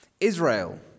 Israel